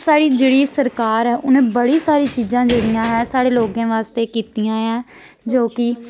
साढ़ी जेह्ड़ी सरकार ऐ उ'नें बड़ी सारी चीजां जेह्ड़ियां ऐ साढ़े लोकें बास्तै कीतियां ऐ जो कि